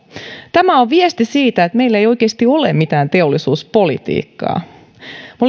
tämä on viesti siitä että meillä ei oikeasti ole mitään teollisuuspolitiikkaa me